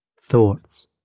Thoughts